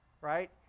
right